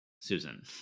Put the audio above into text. Susan